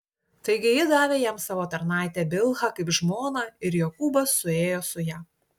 taigi ji davė jam savo tarnaitę bilhą kaip žmoną ir jokūbas suėjo su ja